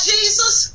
Jesus